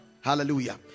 hallelujah